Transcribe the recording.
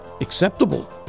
acceptable